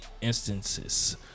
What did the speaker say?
instances